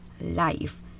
life